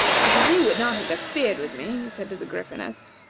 if you had not interfered with me, he said to the gryphoness,